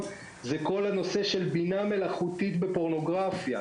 היא בנושא הבינה המלאכותית בפורנוגרפיה,